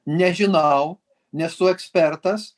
nežinau nesu ekspertas